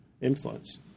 influence